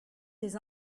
des